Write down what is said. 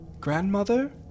Grandmother